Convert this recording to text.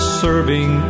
serving